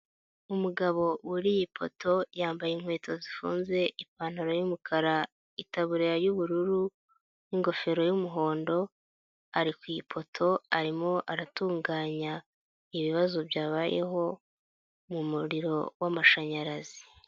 Umugabo wuriye ipoto yambaye inkweto zifunze ipantaro y'umukara itaburiya y'ubururu n'ingofero y'umuhondo, ari ku ipoto arimo aratunganya ibibazo byabayeho mu muriro w'amashanyarazi.